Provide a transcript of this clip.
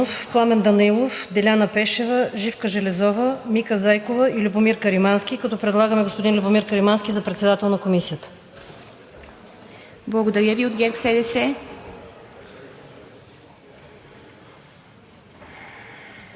Кирил Симеонов, Пламен Данаилов, Деляна Пешева, Живка Железова, Мика Зайкова и Любомир Каримански, като предлагаме господин Любомир Каримански за председател на Комисията. ПРЕДСЕДАТЕЛ